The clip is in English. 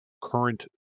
current